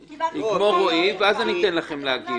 יסיים רועי, ואז אני אתן לכם להגיב.